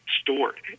stored